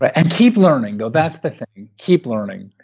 but and keep learning, though. that's the thing, keep learning.